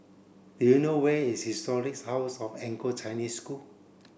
do you know where is Historic House of Anglo Chinese School